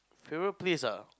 favourite place ah